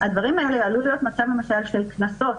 הדברים האלה עלול להיות מצב למשל של קנסות,